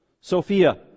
Sophia